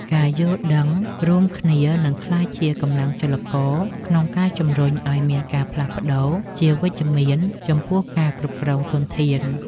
ការយល់ដឹងរួមគ្នានឹងក្លាយជាកម្លាំងចលករក្នុងការជំរុញឱ្យមានការផ្លាស់ប្តូរជាវិជ្ជមានចំពោះការគ្រប់គ្រងធនធាន។